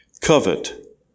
covet